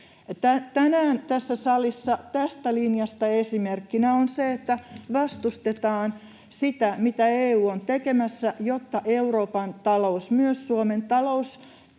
Tänään tässä salissa tästä linjasta esimerkkinä on se, että vastustetaan sitä, mitä EU on tekemässä, jotta Euroopan talous, myös Suomen talous,